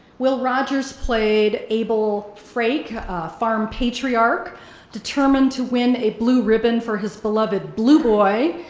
will rogers played able frake, a farm patriarch determined to win a blue ribbon for his beloved blueboy,